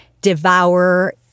devour